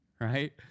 right